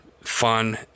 fun